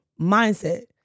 Mindset